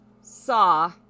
saw